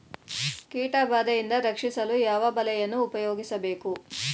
ಕೀಟಬಾದೆಯಿಂದ ರಕ್ಷಿಸಲು ಯಾವ ಬಲೆಯನ್ನು ಉಪಯೋಗಿಸಬೇಕು?